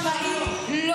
שטויות.